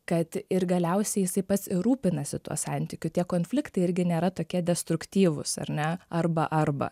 kad ir galiausiai jisai pats ir rūpinasi tuo santykiu tie konfliktai irgi nėra tokie destruktyvūs ar ne arba arba